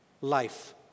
life